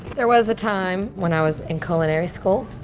there was a time when i was in culinary school,